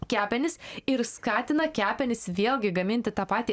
kepenis ir skatina kepenis vėlgi gaminti tą patį